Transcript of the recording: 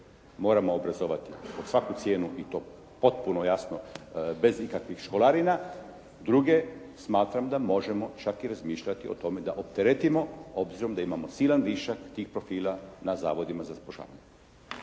moramo obrazovati pod svaku cijenu i to potpuno jasno bez ikakvih školarina. Druge smatram da možemo čak i razmišljati o tome da opteretimo obzirom da imamo silan višak tih profila na Zavodima za zapošljavanje.